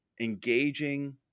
engaging